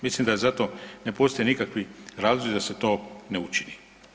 Mislim da za to ne postoje nikakvi razlozi da se to ne učini.